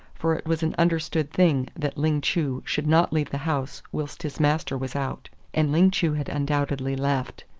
for it was an understood thing that ling chu should not leave the house whilst his master was out. and ling chu had undoubtedly left.